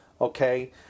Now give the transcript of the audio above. Okay